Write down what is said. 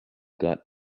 got